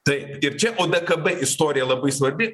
tai ir čia odkb istorija labai svarbi